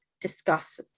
discuss